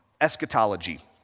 Eschatology